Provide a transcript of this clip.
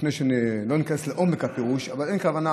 ניכנס לעומק הפירוש, אבל אין כוונה